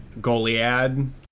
Goliad